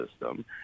system